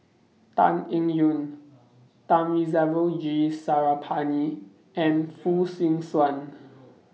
Tan Eng Yoon Thamizhavel G Sarangapani and Fong Swee Suan